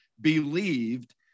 believed